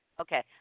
Okay